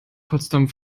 potsdam